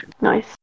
Nice